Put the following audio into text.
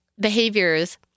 behaviors